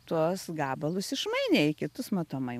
tuos gabalus išmainė į kitus matomai